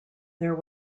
there